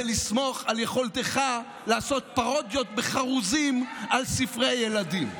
זה לסמוך על יכולתך לעשות פרודיות בחרוזים על ספרי ילדים.